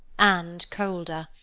and colder.